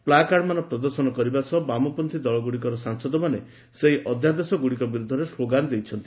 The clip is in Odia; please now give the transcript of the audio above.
ପ୍ଲାକାର୍ଡମାନ ପ୍ରଦର୍ଶନ କରିବା ସହ ବାମପନ୍ତ୍ରୀ ଦଳଗୁଡ଼ିକର ସାଂସଦମାନେ ସେହି ଅଧ୍ୟାଦେଶଗୁଡ଼ିକ ବିରୁଦ୍ଧରେ ସ୍କୋଗାନ ଦେଇଛନ୍ତି